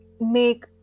Make